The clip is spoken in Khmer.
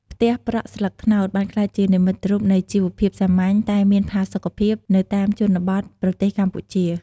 ផ្ទះប្រក់ស្លឹកត្នោតបានក្លាយជានិមិត្តរូបនៃជីវភាពសាមញ្ញតែមានផាសុកភាព នៅតាមជនបទប្រទេសកម្ពុជា។